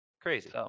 Crazy